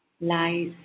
lies